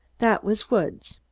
that was woods.